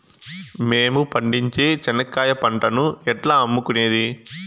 మేము పండించే చెనక్కాయ పంటను ఎట్లా అమ్ముకునేది?